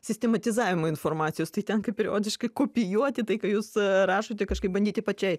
sistematizavimo informacijos tai tenka periodiškai kopijuoti tai ką jūs rašote kažkaip bandyti pačiai